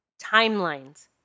timelines